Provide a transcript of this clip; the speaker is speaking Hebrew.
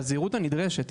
בזהירות הנדרשת,